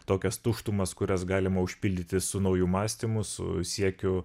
tokias tuštumas kurias galima užpildyti su nauju mąstymu su siekiu